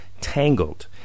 Tangled